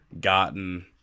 gotten